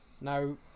Now